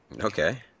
Okay